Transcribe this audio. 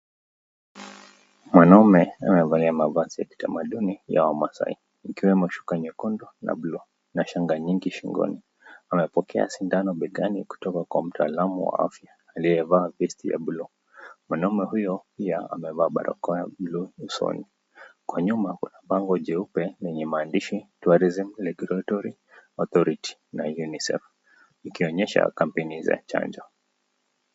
Mwanaume amevalia mavazi ya kitamanduni ya wamasai, ikiwemo shuka nyekundu na blue, (cs), na shanga nyingi shingoni anapokea shindano begani kutoka kwa mtaalamu wa afya aliyevaa vest,(cs), ya blue,(cs), mwanaume huyo pia amevaa barakoa ya blue,(cs), usoni. Kwa nyuma kuna bango jeupe yenye maandishi Tourism Regulatory Authority la UNICEF,(cs) ikionyesha kampeni za chanjo.